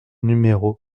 numéro